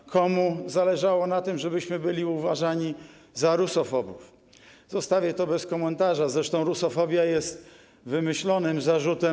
To, komu zależało na tym, żebyśmy byli uważani za rusofobów, zostawię bez komentarza, zresztą rusofobia jest wymyślonym zarzutem.